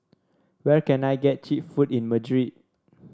where can I get cheap food in Madrid